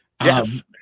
Yes